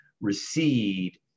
recede